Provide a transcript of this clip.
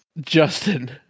Justin